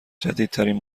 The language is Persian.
جدیدترین